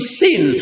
sin